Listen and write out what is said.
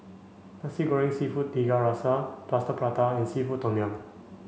Nasi Goreng Seafood Tiga Rasa Plaster Prata and seafood tom yum